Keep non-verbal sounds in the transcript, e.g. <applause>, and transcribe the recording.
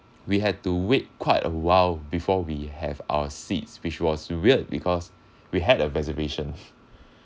we had to wait quite a while before we have our seats which was weird because we had a reservation <breath>